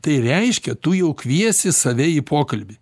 tai reiškia tu jau kviesi save į pokalbį